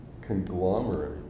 conglomerate